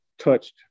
touched